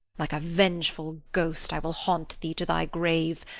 like a vengeful ghost i will haunt thee to thy grave,